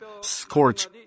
scorch